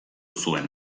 zuen